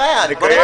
שנקיים